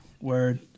Word